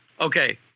Okay